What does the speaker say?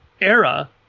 era